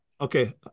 Okay